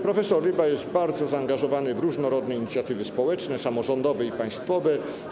Prof. Ryba jest bardzo zaangażowany w różnorodne inicjatywy społeczne, samorządowe i państwowe.